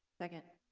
second